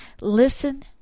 Listen